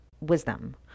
wisdom